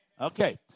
Okay